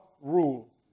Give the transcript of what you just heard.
rule